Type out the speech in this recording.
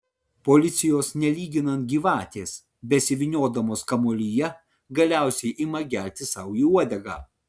policijos nelyginant gyvatės besivyniodamos kamuolyje galiausiai ima gelti sau į uodegą